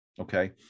Okay